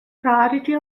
priority